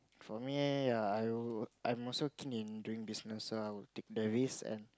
for me ya I will I'm also keen in doing business so I would take the risk and